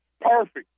Perfect